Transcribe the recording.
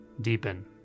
deepen